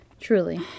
truly